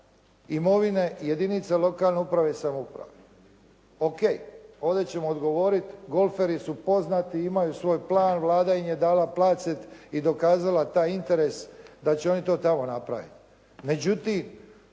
imovine jedinica lokalne uprave i samouprave. O.k. ovdje ćemo odgovoriti golferi su poznati, imaju svoj plan, Vlada im je dala placet i dokazala taj interes da će oni to tamo napraviti.